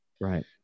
Right